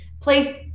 please